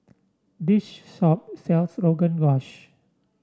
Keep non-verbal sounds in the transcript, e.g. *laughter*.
this *unintelligible* shop sells Rogan Josh